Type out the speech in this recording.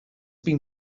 been